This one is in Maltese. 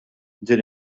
din